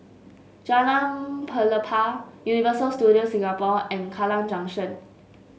Jalan Pelepah Universal Studios Singapore and Kallang Junction